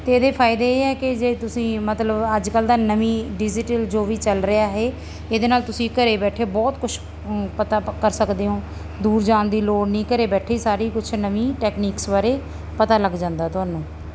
ਅਤੇ ਇਹਦੇ ਫਾਇਦੇ ਇਹ ਹੈ ਕਿ ਜੇ ਤੁਸੀਂ ਮਤਲਬ ਅੱਜ ਕੱਲ੍ਹ ਦਾ ਨਵੀਂ ਡਿਜੀਟਲ ਜੋ ਵੀ ਚੱਲ ਰਿਹਾ ਇਹ ਇਹਦੇ ਨਾਲ ਤੁਸੀਂ ਘਰ ਬੈਠੇ ਬਹੁਤ ਕੁਛ ਪਤਾ ਕਰ ਸਕਦੇ ਹੋ ਦੂਰ ਜਾਣ ਦੀ ਲੋੜ ਨਹੀਂ ਘਰ ਬੈਠੇ ਹੀ ਸਾਰੀ ਕੁਛ ਨਵੀਂ ਟੈਕਨੀਕਸ ਬਾਰੇ ਪਤਾ ਲੱਗ ਜਾਂਦਾ ਤੁਹਾਨੂੰ